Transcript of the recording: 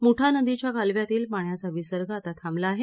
मुठा नदीच्या कालव्यातील पाण्याचा विसर्ग आता थाबला आहे